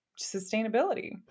sustainability